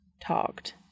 talked